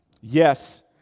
Yes